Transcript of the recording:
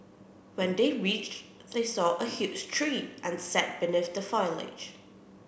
when they reached they saw a huge tree and sat beneath the foliage